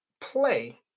play